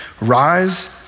rise